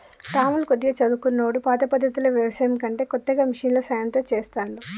రాములు కొద్దిగా చదువుకున్నోడు పాత పద్దతిలో వ్యవసాయం కంటే కొత్తగా మిషన్ల సాయం తో చెస్తాండు